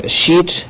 sheet